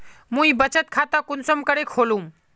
मुई बचत खता कुंसम करे खोलुम?